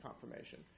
confirmation